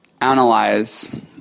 analyze